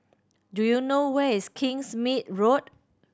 do you know where is Kingsmead Road